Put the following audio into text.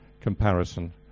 comparison